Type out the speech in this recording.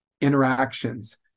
interactions